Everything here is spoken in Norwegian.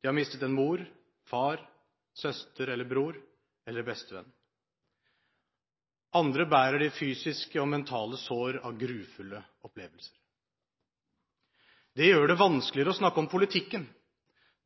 De har mistet en mor, en far, en søster, en bror eller en bestevenn. Andre bærer de fysiske og mentale sår etter grufulle opplevelser. Det gjør det vanskeligere å snakke om politikken,